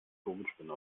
vogelspinne